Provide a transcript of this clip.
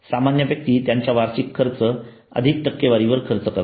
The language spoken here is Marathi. सामान्य व्यक्ती त्यांच्या वार्षिक खर्च अधिक टक्केवारीवर खर्च करतो